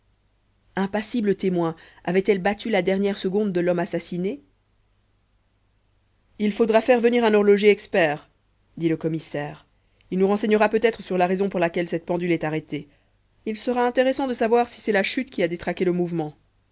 impassible témoin avaitelle battu la dernière seconde de l'homme assassiné il faudra faire venir un horloger expert dit le commissaire il nous renseignera peut-être sur la raison pour laquelle cette pendule est arrêtée il sera intéressant de savoir si c'est la chute qui a détraqué le mouvement